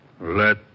Let